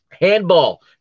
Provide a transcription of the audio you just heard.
Handball